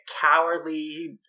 cowardly